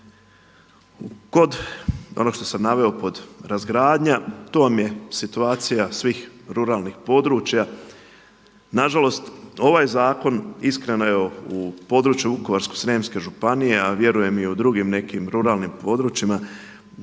Kod onog što sam naveo pod razgradnja, to vam je situacija svih ruralnih područja. Nažalost ovaj zakon, iskreno evo u području Vukovarsko-srijemske županije a vjerujem i u drugim nekim ruralnim područjima